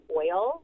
oil